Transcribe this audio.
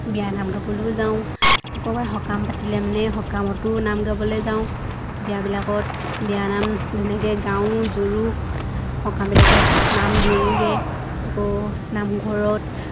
বিয়ানাম গাবলৈও যাওঁ আকৌ এবাৰ সকাম পাতিলে মানে সকামতো নাম গাবলৈ যাওঁ বিয়াবিলাকত বিয়ানাম তেনেকৈ গাওঁ জোৰো সকামাবিলাকত নাম দিওঁগৈ আকৌ নামঘৰত